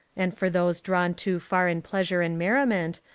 and for those drawn too far in pleasure and merriment,